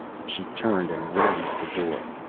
she turned and ran out the door.